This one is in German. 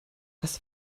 was